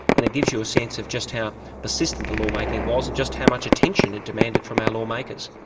and it gives you a sense of just how persistent the lawmaking was, and just how much attention it demanded from our lawmakers.